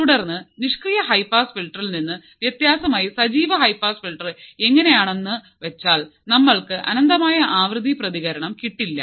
തുടർന്ന് നിഷ്ക്രിയ high pass ഫിൽട്ടറിൽ നിന്ന് വ്യത്യസ്തമായി സജീവമായ ഹൈ പാസ് ഫിൽട്ടർ എങ്ങനെയാണെന്നു വെച്ചാൽ നമ്മൾക്ക് അനന്തമായ ആവൃത്തി പ്രതികരണം കിട്ടില്ല